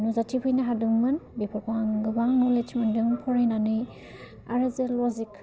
नुजाथि फैनो हादोंमोन बेफोरखौ आं गोबां न'लेड्स मोनदों फरायनानै आरो जे ल'जिक